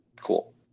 cool